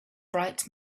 bright